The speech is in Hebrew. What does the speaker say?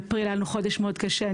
באפריל היה לנו חודש מאוד קשה.